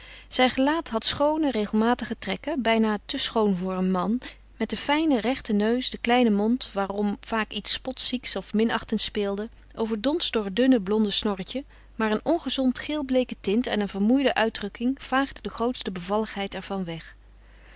zijn gelaat had schoone regelmatige trekken bijna te schoon voor een man met den fijnen rechten neus den kleinen mond waarom vaak iets spotzieks of minachtends speelde overdonst door het dunne blonde snorretje maar een ongezonde geelbleeke tint en een vermoeide uitdrukking vaagde de grootste bevalligheid ervan weg